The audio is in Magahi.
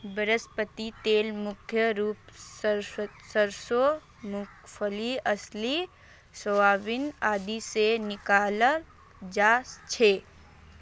वनस्पति तेल मुख्य रूप स सरसों मूंगफली अलसी सोयाबीन आदि से निकालाल जा छे